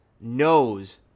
knows